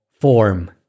form